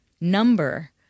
number